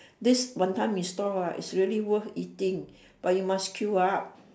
this wanton-mee store ah is really worth eating but you must queue up